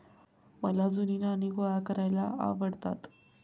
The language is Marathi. मला जुनी नाणी गोळा करायला आवडतात